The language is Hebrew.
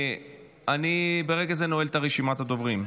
אני ברגע זה נועל את רשימת הדוברים.